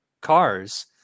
cars